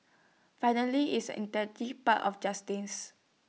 finally is an integral part of justice